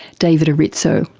david erritzoe.